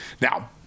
Now